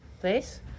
place